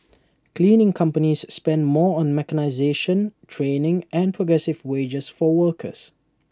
cleaning companies spend more on mechanisation training and progressive wages for workers